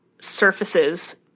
surfaces